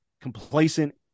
complacent